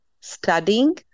studying